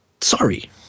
sorry